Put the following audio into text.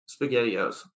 SpaghettiOs